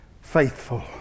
faithful